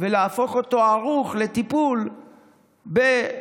ולהפוך אותו להיות ערוך לטיפול בחצי